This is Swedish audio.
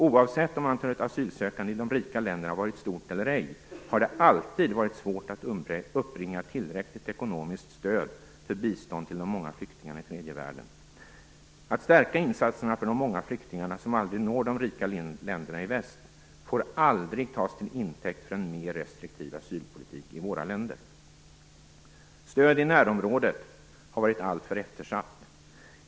Oavsett om antalet asylsökande i de rika länderna varit stort eller ej har det alltid varit svårt att uppbringa tillräckligt ekonomiskt stöd för bistånd till de många flyktingarna i tredje världen. Att stärka insatserna för de många flyktingar som aldrig når de rika länderna i väst får aldrig tas till intäkt för en mer restriktiv asylpolitik i våra länder. Stöd i närområdet har varit alltför eftersatt.